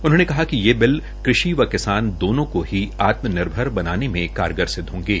उन्होंने कहा कि ये बिल कृषि एवं किसान दोनों को ही आत्मनिर्भर बनाने में कारगार सिद्ध होंगें